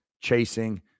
chasing